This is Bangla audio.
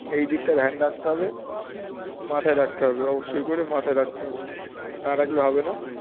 এই দিকটা ধ্যান রাখতে হবে মাথায় রাখতে হবে অবশ্যই করে মাথায় রাখতে হবে না রাখলে হবে না